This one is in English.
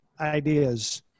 Ideas